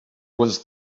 was